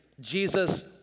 Jesus